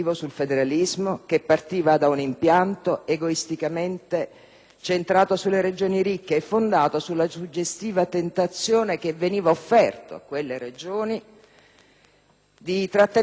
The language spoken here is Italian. centrato sulle Regioni ricche e fondato sulla suggestiva tentazione che veniva offerta a quelle Regioni di trattenere sul proprio territorio la ricchezza prodotta, tutta la ricchezza prodotta,